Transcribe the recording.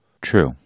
True